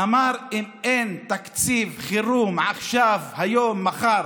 שאם אין תקציב חירום עכשיו, היום, מחר,